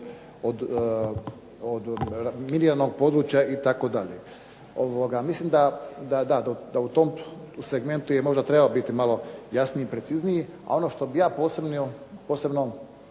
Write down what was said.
od miniranog područja itd. Mislim da u tom segmentu bi trebalo biti jasniji i precizniji. A ono što bih ja posebno